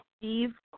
Steve